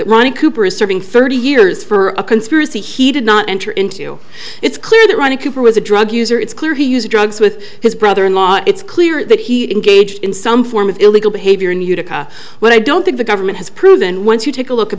serving thirty years for a conspiracy he did not enter into it's clear that ronnie cooper was a drug user it's clear he used drugs with his brother in law it's clear that he engaged in some form of illegal behavior in the utica but i don't think the government has proven once you take a look